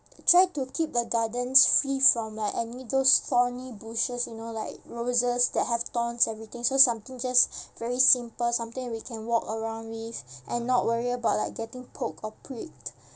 try to keep the gardens free from like any those thorny bushes you know like roses that have thorns everything so something just very simple something we can walk around with and not worry about like getting poked or pricked